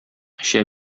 эчә